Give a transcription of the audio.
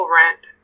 rent